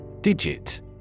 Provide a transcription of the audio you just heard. Digit